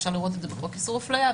אפשר לראות את זה בחוק איסור אפליה,